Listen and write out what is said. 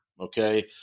Okay